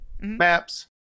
maps